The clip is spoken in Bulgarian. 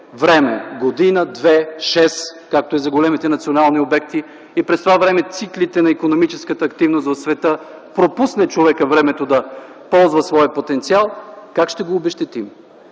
– година, две, шест, както е за големите национални обекти, през това време текат циклите на икономическата активност в света, и човекът пропусне времето да ползва своя потенциал, как ще го обезщетим?